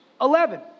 eleven